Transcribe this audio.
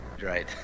Right